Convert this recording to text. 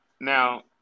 now